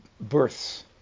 births